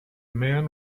man